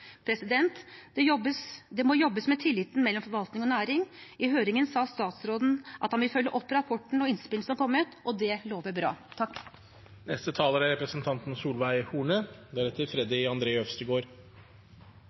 Det må jobbes med tilliten mellom forvaltning og næring. I høringen sa statsråden at han vil følge opp rapporten og innspill som er kommet, og det lover bra.